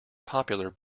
popular